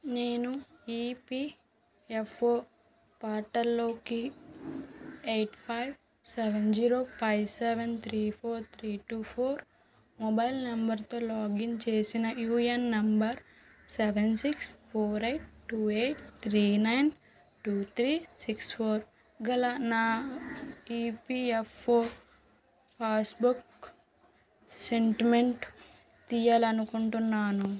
నేను ఈపీఎఫ్ఓ పార్టల్లోకి eight five seven zero five seven three four three two four mobile నెంబర్తో login చేసిన UAN number seven six four eight two eight three nine two three six four గల నా EPFO passbook statement తీయాలనుకుంటున్నాను